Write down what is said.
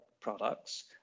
products